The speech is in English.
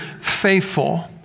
faithful